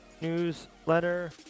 newsletter